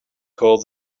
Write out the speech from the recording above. called